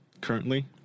currently